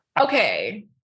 Okay